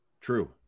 True